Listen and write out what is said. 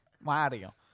Mario